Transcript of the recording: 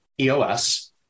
EOS